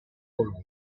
popoloso